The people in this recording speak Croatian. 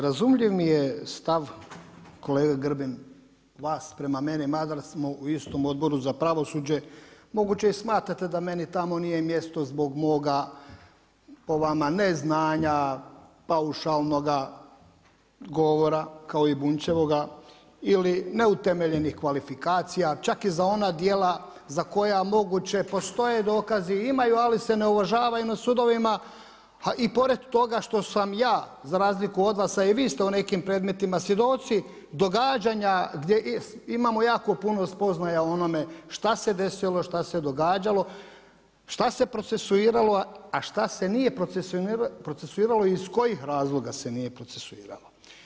Razumljiv mi je stav kolega Grbin vas prema meni mada smo u istom Odboru za pravosuđe, moguće i smatrate da meni tamo nije mjesto zbog moga po vama ne znanja paušalnoga govora kao i Bunjčevoga ili neutemeljenih kvalifikacija čak i za ona djela za koja moguće postoje dokazi i imaju, ali se ne uvažavaju na sudovima i pored toga što sam ja za razliku od vas, a i vi ste u nekim predmetima svjedoci događanja gdje imamo jako puno spoznaja o onome šta se desilo, šta se događalo, šta se procesuiralo, a šta se nije procesuiralo i iz kojih razloga se nije procesuiralo.